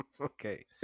Okay